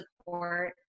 support